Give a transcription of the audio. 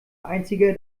einziger